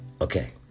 Okay